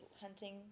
hunting